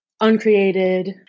uncreated